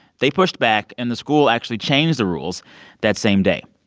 they pushed back, and the school actually changed the rules that same day.